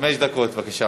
חמש דקות, בבקשה.